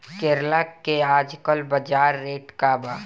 करेला के आजकल बजार रेट का बा?